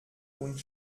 und